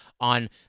on